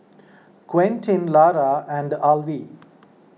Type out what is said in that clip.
Quentin Lara and Alvie